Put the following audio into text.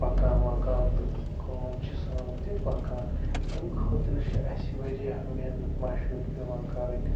پَکان وَکان تہٕ کٲم چھِ سٲنۍ تہِ پَکان امہِ خٲطرٕ چھِ اَسہِ واریاہ محنت مَشقَت پٮ۪وان کَرٕنۍ